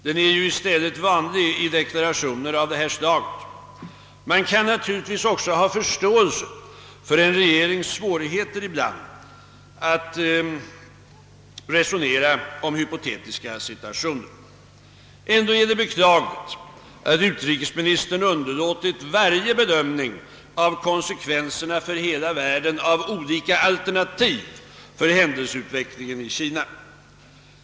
Den är i stället vanlig i deklarationer av detta slag, och man kan naturligtvis hysa förståelse för en regerings svårigheter att resonera om hypotetiska situationer. Ändå är det beklagligt att utrikesministern har underlåtit att göra någon som helst bedömning av konsekvenserna för hela världen av olika alternativ i fråga om händelseutvecklingen i Kina.